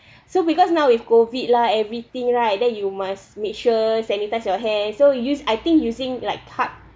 so because now with COVID lah everything right then you must make sure sanitise your hand so use I think using like card